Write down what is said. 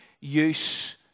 use